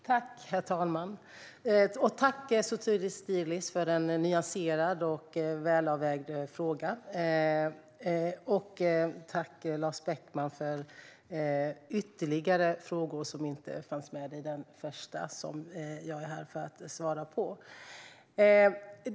Herr talman! Tack, Sotiris Delis, för en nyanserad och välavvägd fråga! Tack, Lars Beckman, för ytterligare frågor! De fanns inte med i den första, som jag är här för att svara på.